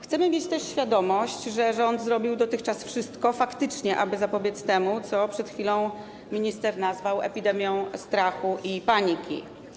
Chcemy mieć też świadomość, że rząd zrobił dotychczas wszystko, aby faktycznie zapobiec temu, co przed chwilą minister nazwał epidemią strachu i paniki.